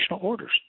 orders